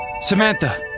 Samantha